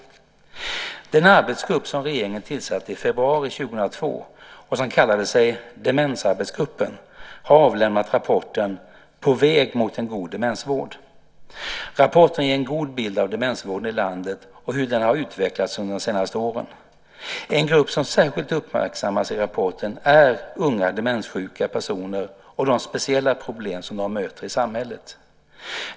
Den arbetsgrupp som regeringen tillsatte i februari 2002, och som kallade sig Demensarbetsgruppen, har avlämnat rapporten På väg mot en god demensvård . Rapporten ger en god bild av demensvården i landet och hur den har utvecklats under de senaste åren. En grupp som särskilt uppmärksammas i rapporten är unga demenssjuka personer och de speciella problem som de möter i samhället.